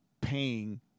paying